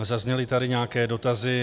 Zazněly tady nějaké dotazy.